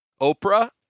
Oprah